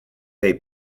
they